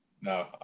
No